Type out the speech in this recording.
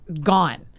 gone